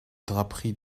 draperie